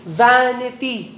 vanity